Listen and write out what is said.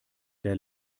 der